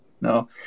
No